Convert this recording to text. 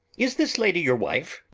is this lady your wife?